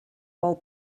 while